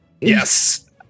Yes